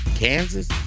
Kansas